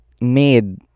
made